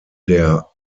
der